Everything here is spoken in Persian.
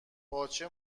باچه